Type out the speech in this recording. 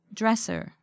dresser